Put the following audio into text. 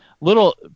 little